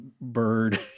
bird